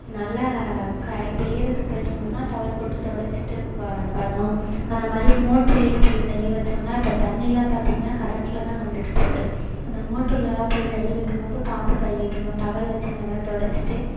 நல்ல க இப்போ ஈரத்துக்கு போய்விட்டு வந்தோம்ன்னா டவல் போட்டு துடச்சிட்டு ப பண்ணணும் அதை மாதிரி மோட்டருலியும் போய் கையை வச்சோம்ன்னா இப்போ தண்ணிலாம் பார்த்திங்கன்னா கரெண்டில் தான் வந்துகிட்டு இருக்குது அந்த மோட்டருலுலாம் போய் கை வைக்கும் போது பார்த்து கை வைக்கணும் டவல் வச்சு நல்லா துடச்சிட்டு